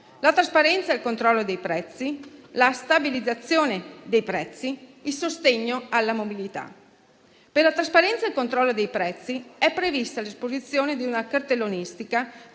la trasparenza e il controllo dei prezzi, la stabilizzazione dei prezzi, il sostegno alla mobilità. Per la trasparenza e il controllo dei prezzi è prevista l'esposizione di una cartellonistica